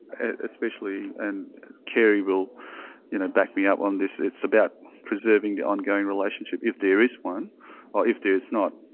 especially, and kerry will you know back me up on this, it's about preserving the ongoing relationship if there is one, or if there's not,